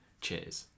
Cheers